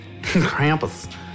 Krampus